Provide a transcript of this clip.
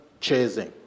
chasing